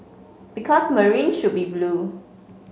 because Marine should be blue